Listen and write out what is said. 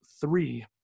three